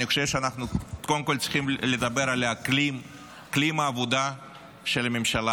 אני חושב שאנחנו קודם כול צריכים לדבר על אקלים העבודה של הממשלה,